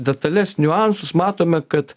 detales niuansus matome kad